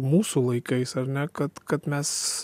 mūsų laikais ar ne kad kad mes